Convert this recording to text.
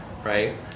Right